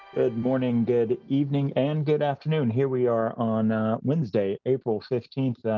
good morning, good evening, and good afternoon. here we are on wednesday, april fifteenth,